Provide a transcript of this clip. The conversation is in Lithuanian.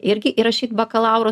irgi įrašyt bakalauro